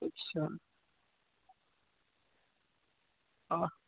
अच्छा हाँ